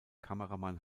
kameramann